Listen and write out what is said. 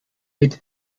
mit